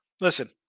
Listen